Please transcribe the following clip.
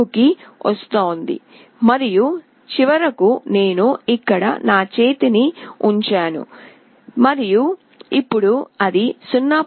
4 కి వస్తోంది మరియు చివరకు నేను ఇక్కడ నా చేతిని ఉంచాను మరియు ఇప్పుడు అది 0